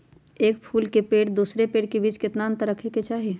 एक फुल के पेड़ के दूसरे पेड़ के बीज केतना अंतर रखके चाहि?